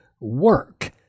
work